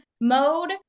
mode